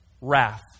wrath